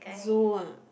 Zoo ah